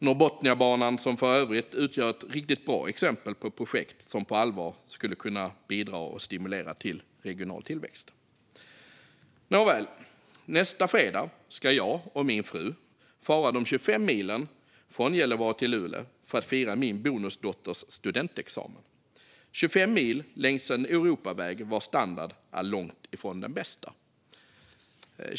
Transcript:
Norrbotniabanan utgör för övrigt ett riktigt bra exempel på ett projekt som på allvar skulle kunna bidra och stimulera till regional tillväxt. Nåväl - nästa fredag ska jag och min fru fara de 25 milen från Gällivare till Luleå för att fira min bonusdotters studentexamen. Vi ska åka 25 mil längs en Europaväg vars standard är långt ifrån den bästa.